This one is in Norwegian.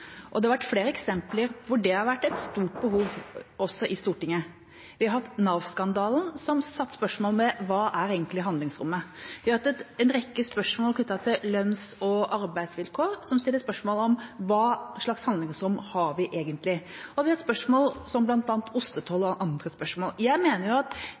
Det har vært flere eksempler hvor det har vært et stort behov, også i Stortinget. Vi har hatt NAV-skandalen, som satte spørsmålstegn ved hva som er handlingsrommet. Vi har hatt en rekke spørsmål knyttet til lønns- og arbeidsvilkår som stiller spørsmål ved hva slags handlingsrom vi egentlig har. Vi har også hatt spørsmål om bl.a. ostetoll – og andre spørsmål. Jeg mener at